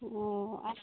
ᱚᱻ